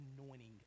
anointing